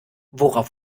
worauf